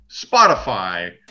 Spotify